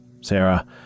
Sarah